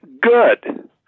good